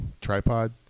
tripod